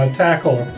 tackle